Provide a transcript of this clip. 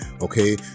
okay